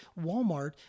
Walmart